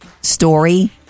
Story